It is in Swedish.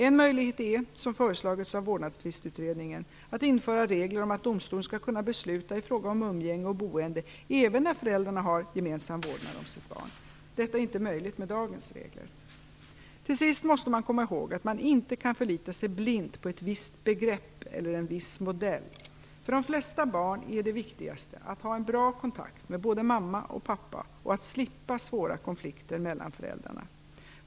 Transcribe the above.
En möjlighet är - som föreslagits av Vårdnadstvistutredningen - att införa regler om att domstolen skall kunna besluta i frågor om umgänge och boende även när föräldrarna har gemensam vårdnad om sitt barn. Detta är inte möjligt med dagens regler. Till sist måste man komma ihåg att man inte kan förlita sig blint på ett visst begrepp eller en viss modell. För de flesta barn är det viktigaste att ha en bra kontakt med både mamma och pappa och att slippa svåra konflikter mellan föräldrarna.